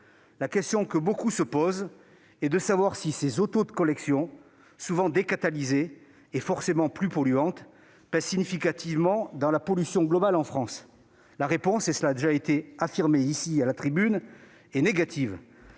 La question que beaucoup se posent est de savoir si ces automobiles de collection, souvent décatalysées, et forcément plus polluantes, pèsent significativement dans la pollution globale en France. La réponse est non : leur part très minoritaire